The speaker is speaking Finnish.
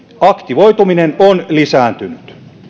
aktivoituminen on lisääntynyt